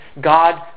God